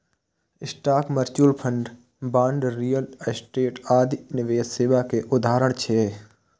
stock, mutual fund, bond, real estate आदि निवेश सेवा के उदाहरण छियै